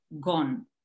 gone